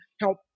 help